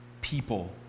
people